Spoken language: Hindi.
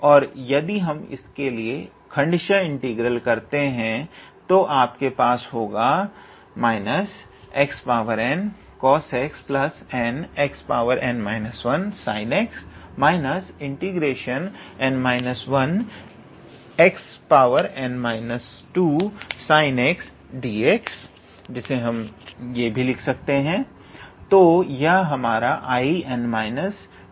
और यदि हम इसके लिए खण्ड्शह इंटीग्रल करते हैं तो आपके पास होगा −𝑥𝑛𝑐𝑜𝑠𝑥n𝑥𝑛−1sin𝑥−∫n−1𝑥𝑛−2sinx𝑑𝑥 −𝑥𝑛𝑐𝑜𝑠𝑥n𝑥𝑛−1sin𝑥−nn−1∫𝑥𝑛−2sinx𝑑𝑥 तो यह हमारा 𝐼𝑛−2 है